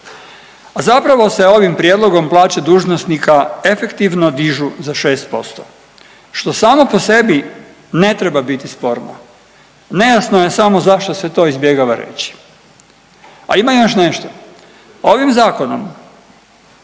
A zapravo se ovim prijedlogom plaće dužnosnika efektivno dižu za 6% što samo po sebi ne treba biti sporno, nejasno je samo zašto se to izbjegava reći. A ima još nešto. Ovim zakonom